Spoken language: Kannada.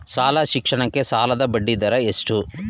ಶಾಲಾ ಶಿಕ್ಷಣಕ್ಕೆ ಸಾಲದ ಬಡ್ಡಿದರ ಎಷ್ಟು?